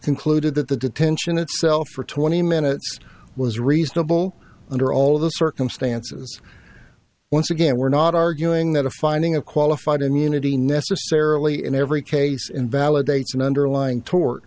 concluded that the detention itself for twenty minutes was reasonable under all the circumstances once again we're not arguing that a finding of qualified immunity necessarily in every case invalidates an underlying to